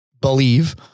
believe